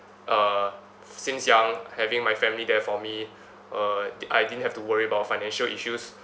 uh since young having my family there for me uh I didn't have to worry about financial issues